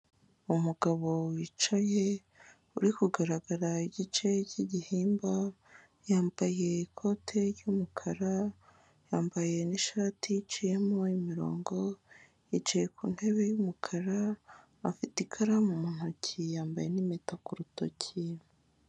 Umugabo wicaye uri kugaragara igice cy'igihimba, yambaye ikote ry'umukara, yambaye n'ishati icayemo imirongo, yicaye ku ntebe y'umukara, afite ikaramu mu ntoki, yambaye n'impeta ku rutoki.